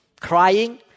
crying